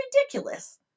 ridiculous